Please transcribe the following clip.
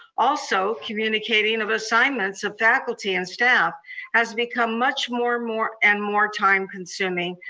also communicating of assignments of faculty and staff has become much more more and more time consuming,